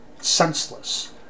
senseless